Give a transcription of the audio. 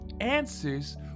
answers